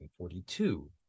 1942